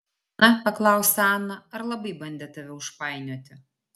na paklausė ana ar labai bandė tave užpainioti